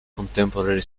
contemporary